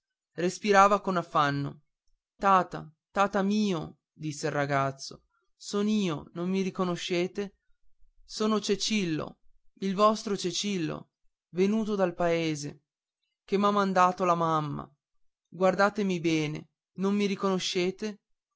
respirava con affanno tata tata mio disse il ragazzo son io non mi riconoscete sono cicillo il vostro cicillo venuto dal paese che m'ha mandato la mamma guardatemi bene non mi riconoscete